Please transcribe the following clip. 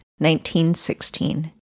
1916